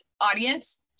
audience